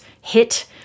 hit